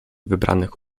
wybranych